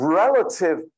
relative